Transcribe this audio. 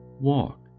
Walk